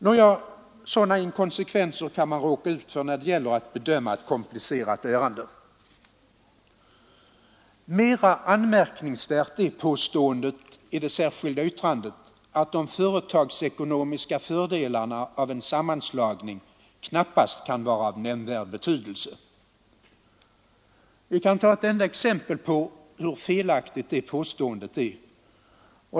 Men sådana inkonsekvenser kan man råka ut får när det gäller att bedöma ett komplicerat ärende. Mera anmärkningsvärt är påståendet i det särskilda yttrandet att de företagsekonomiska fördelarna av en sammanslagning knappast kan vara av nämnvärd betydelse. Vi kan ta ett enda exempel på hur felaktigt det påståendet är.